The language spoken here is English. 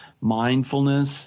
mindfulness